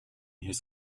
his